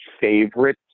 favorite